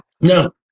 No